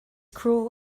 cruel